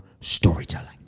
storytelling